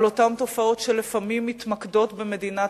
על אותן תופעות שלפעמים מתמקדות במדינת